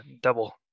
double